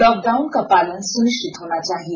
lock down का पालन सुनिश्चित होना चाहिए